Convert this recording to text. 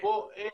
פה אין.